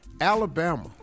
Alabama